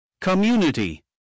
community